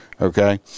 Okay